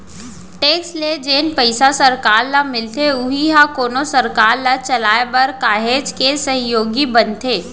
tax ले जेन पइसा सरकार ल मिलथे उही ह कोनो सरकार ल चलाय बर काहेच के सहयोगी बनथे